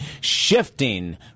shifting